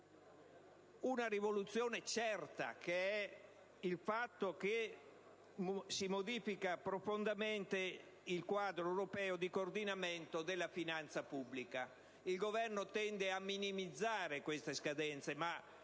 prima rivoluzione certa riguarda il fatto che si modifica profondamente il quadro europeo di coordinamento della finanza pubblica. Il Governo tende a minimizzare queste scadenze, ma